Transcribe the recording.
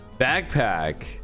backpack